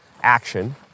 action